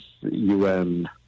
UN